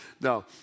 No